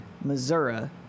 Missouri